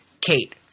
Kate